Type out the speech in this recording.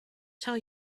tell